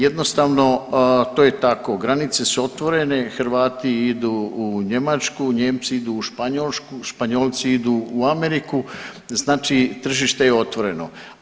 Jednostavno to je tako, granice su otvorene, Hrvati idu u Njemačku, Nijemci idu u Španjolsku, Španjolci idu u Ameriku, znači tržište je otvoreno.